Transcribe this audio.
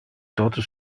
tote